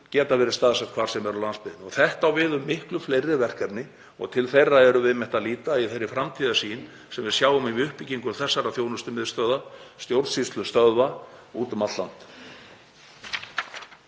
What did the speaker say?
verið staðsett hvar sem er á landsbyggðinni. Þetta á við um miklu fleiri verkefni og til þeirra erum við einmitt að líta í þeirri framtíðarsýn sem við sjáum við uppbyggingu þessara þjónustumiðstöðva, stjórnsýslustöðva, úti um allt land.